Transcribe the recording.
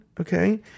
okay